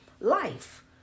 life